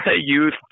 youth